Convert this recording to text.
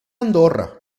andorra